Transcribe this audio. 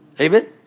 Amen